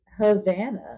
Havana